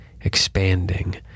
expanding